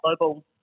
global